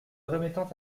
remettant